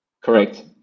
Correct